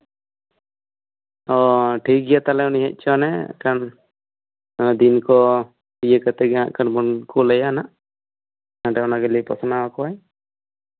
ᱚ ᱴᱷᱤᱠ ᱜᱮᱭᱟ ᱛᱟᱦᱞᱮ ᱩᱱᱤ ᱦᱮᱡ ᱦᱚᱪᱚᱣᱟᱱᱮ ᱱᱟᱜᱠᱷᱟᱱ ᱫᱤᱱ ᱠᱚ ᱤᱭᱟᱹ ᱠᱟᱛᱮᱫ ᱜᱮ ᱦᱟᱜ ᱵᱚᱱ ᱠᱳᱞ ᱟᱭᱟ ᱦᱟᱜ ᱦᱟᱸᱰᱮ ᱚᱱᱟᱜᱮ ᱞᱟᱹᱭ ᱯᱟᱥᱱᱟᱣ ᱠᱚᱣᱟᱭ